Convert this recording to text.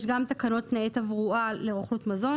יש גם תקנות תנאי תברואה לרוכלות מזון.